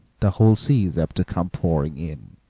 the whole sea is apt to come pouring in.